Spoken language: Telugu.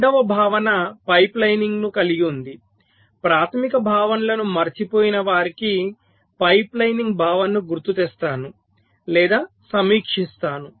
రెండవ భావన పైప్లైనింగ్ ను కలిగి ఉంది ప్రాథమిక భావనలను మరచిపోయిన వారికి పైప్లైనింగ్ భావనను గుర్తుకు తెస్తాను లేదా సమీక్షిస్తాను